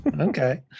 Okay